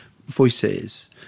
Voices